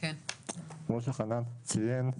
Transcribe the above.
כמו שחנן ציין,